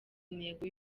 intego